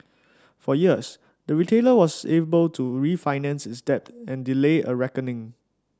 for years the retailer was able to refinance its debt and delay a reckoning